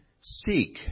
seek